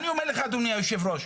אדוני היו"ר,